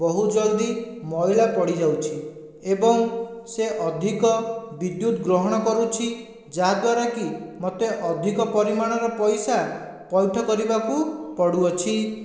ବହୁତ ଜଲ୍ଦି ମଇଳା ପଡ଼ିଯାଉଛି ଏବଂ ସେ ଅଧିକ ବିଦ୍ୟୁତ୍ ଗ୍ରହଣ କରୁଛି ଯାହା ଦ୍ୱାରାକି ମୋତେ ଅଧିକ ପରିମାଣର ପଇସା ପଇଠ କରିବାକୁ ପଡ଼ୁଅଛି